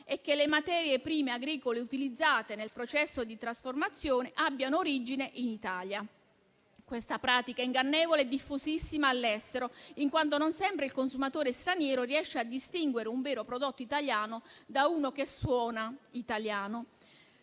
e che le materie prime agricole utilizzate nel processo di trasformazione abbiano origine in Italia. Questa pratica ingannevole è diffusissima all'estero, in quanto non sempre il consumatore straniero riesce a distinguere un vero prodotto italiano da uno che suona italiano.